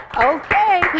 Okay